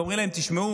ואומרים להן: תשמעו,